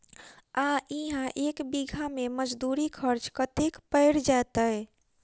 आ इहा एक बीघा मे मजदूरी खर्च कतेक पएर जेतय?